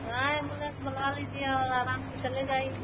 हाँ एम्बुलेंस बुलवा लीजिए और आराम से चले जाइए